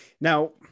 now